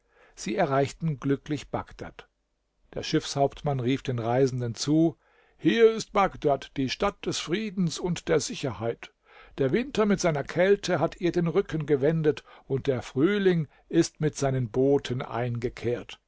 sie erreichten glücklich bagdad der schiffshauptmann rief den reisenden zu hier ist bagdad die stadt des friedens und der sicherheit der winter mit seiner kälte hat ihr den rücken gewendet und der frühling ist mit seinen boten eingekehrt